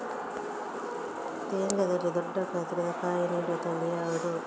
ತೆಂಗಲ್ಲಿ ದೊಡ್ಡ ಗಾತ್ರದ ಕಾಯಿ ನೀಡುವ ತಳಿ ಯಾವುದು?